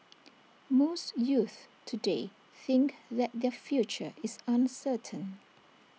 most youths today think that their future is uncertain